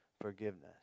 forgiveness